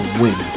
win